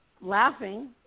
laughing